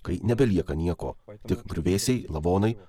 kai nebelieka nieko tik griuvėsiai lavonai